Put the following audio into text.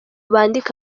bandike